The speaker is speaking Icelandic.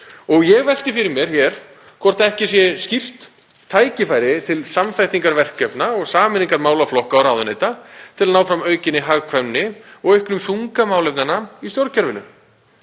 Ég velti því fyrir mér hvort ekki sé skýrt tækifæri til samþættingar verkefna og sameiningar málaflokka og ráðuneyta til að ná fram aukinni hagkvæmni og auknum þunga málefnanna í stjórnkerfinu.